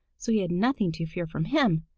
so he had nothing to fear from him.